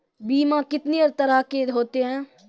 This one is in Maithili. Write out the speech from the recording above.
बीमा कितने तरह के होते हैं?